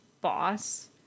boss